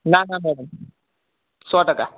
ના ના મેડમ સો ટકા